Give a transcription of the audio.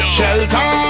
Shelter